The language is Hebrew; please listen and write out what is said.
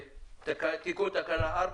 את תיקון תקנה 4,